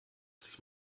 sich